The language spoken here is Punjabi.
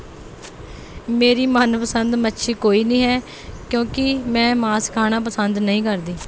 ਮੇਰੀ ਮਨਪਸੰਦ ਮੱਛੀ ਕੋਈ ਨਹੀਂ ਹੈ ਕਿਉਂਕਿ ਮੈਂ ਮਾਸ ਖਾਣਾ ਪਸੰਦ ਨਹੀਂ ਕਰਦੀ